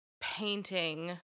painting